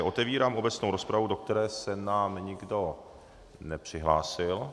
Otevírám obecnou rozpravu, do které se nám nikdo nepřihlásil.